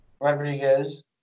Rodriguez